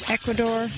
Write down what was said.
Ecuador